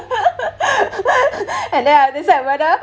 and then I'll decide whether